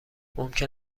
ممکن